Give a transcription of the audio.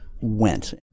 went